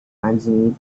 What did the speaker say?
anjing